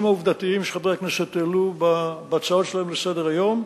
העובדתיים שחברי הכנסת העלו בהצעות שלהם לסדר-היום,